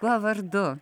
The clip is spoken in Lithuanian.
kuo vardu